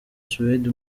suede